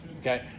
okay